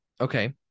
Okay